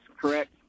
correct